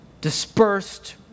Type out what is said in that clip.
dispersed